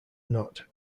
not